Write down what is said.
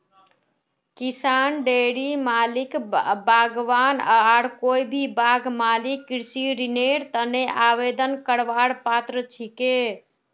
किसान, डेयरी मालिक, बागवान आर कोई भी बाग मालिक कृषि ऋनेर तने आवेदन करवार पात्र छिके